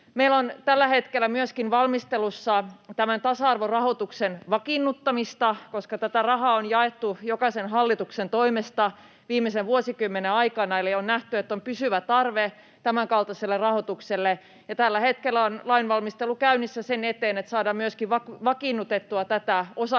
Meillä on tällä hetkellä valmistelussa myöskin tämän tasa-arvorahoituksen vakiinnuttaminen, koska tätä rahaa on jaettu jokaisen hallituksen toimesta viimeisen vuosikymmenen aikana, eli on nähty, että on pysyvä tarve tämänkaltaiselle rahoitukselle. Tällä hetkellä on lainvalmistelu käynnissä sen eteen, että saadaan myöskin vakiinnutettua tätä osaksi